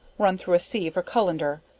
run thro' a sieve or cullender,